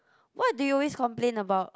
what do you always complain about